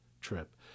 trip